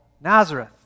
Nazareth